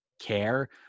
care